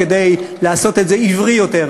כדי לעשות את זה עברי יותר,